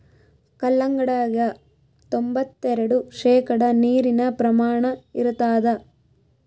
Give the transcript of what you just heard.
ಕಲ್ಲಂಗಡ್ಯಾಗ ತೊಂಬತ್ತೆರೆಡು ಶೇಕಡಾ ನೀರಿನ ಪ್ರಮಾಣ ಇರತಾದ